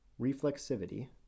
Reflexivity